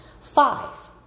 five